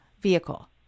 vehicle